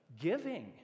giving